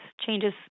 changes